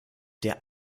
der